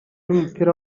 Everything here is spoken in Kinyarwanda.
y’umupira